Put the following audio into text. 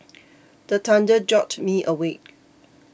the thunder jolt me awake